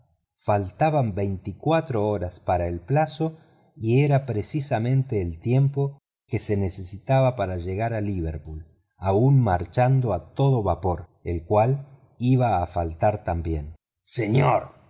faltaban veinticuatro horas para el plazo y era precisamente el tiempo que se necesitaba para llegar a liverpool aun marchando a todo vapor el cual iba a faltar también señor